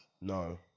No